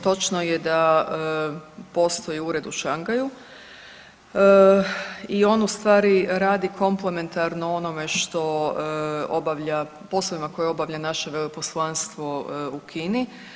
Točno je da postoji Ured u Šangaju i on ustvari radi komplementarno u onome što obavlja, posebno koje obavlja naša Veleposlanstvo u Kini.